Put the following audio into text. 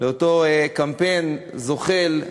לאותו קמפיין זוחל.